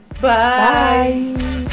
bye